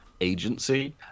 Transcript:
agency